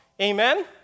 Amen